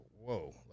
whoa